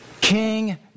King